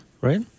right